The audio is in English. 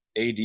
AD